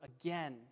again